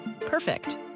Perfect